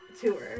tour